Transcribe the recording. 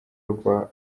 rwa